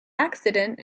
accident